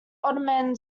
ottoman